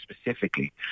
specifically